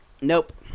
Nope